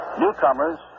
newcomers